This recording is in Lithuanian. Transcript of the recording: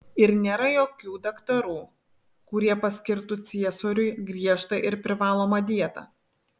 ir nėra jokių daktarų kurie paskirtų ciesoriui griežtą ir privalomą dietą